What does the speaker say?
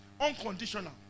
Unconditional